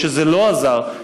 משזה לא עזר,